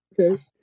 Okay